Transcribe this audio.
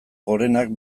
gorenak